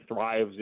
thrives